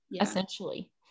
essentially